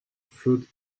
fruit